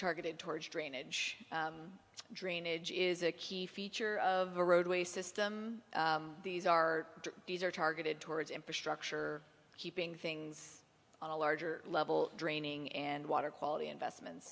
targeted towards drainage drainage is a key feature of a roadway system these are these are targeted towards infrastructure keeping things on a larger level draining and water quality investments